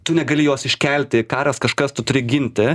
tu negali jos iškelti karas kažkas tu turi ginti